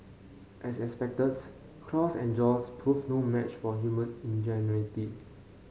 as expected claws and jaws proved no match for human ingenuity